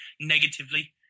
negatively